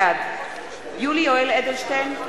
בעד יולי יואל אדלשטיין,